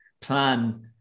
plan